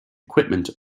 equipment